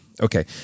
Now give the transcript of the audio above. Okay